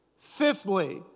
Fifthly